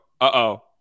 uh-oh